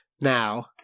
now